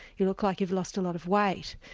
you look like you've lost a lot of weight.